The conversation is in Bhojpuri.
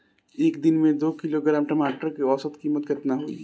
एक दिन में दो किलोग्राम टमाटर के औसत कीमत केतना होइ?